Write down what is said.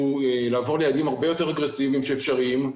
לעבור ליעדים הרבה יותר אגרסיביים שאפשריים,